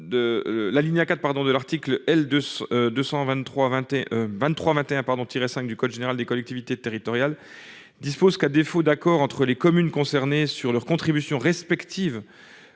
223 21 23 21 pardon tiré 5 du code général des collectivités territoriales, dispose qu'à défaut d'accord entre les communes concernées sur leur contribution respective